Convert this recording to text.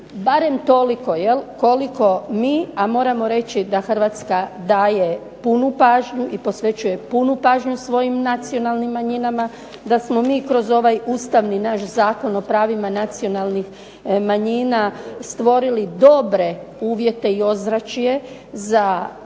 barem toliko koliko mi, a moramo reći da Hrvatska posvećuje punu pažnju svojim nacionalnim manjinama, da smo mi kroz ovaj Ustavni naš zakon o pravima nacionalnih manjina, stvorili dobre uvjete i ozračje za prostor